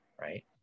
right